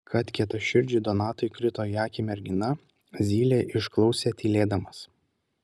kad kietaširdžiui donatui krito į akį mergina zylė išklausė tylėdamas